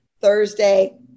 Thursday